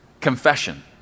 Confession